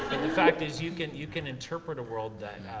the fact is, you can, you can interpret a world that,